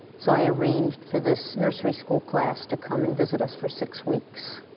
so i arranged for this nursery school class to come and visit us for six weeks,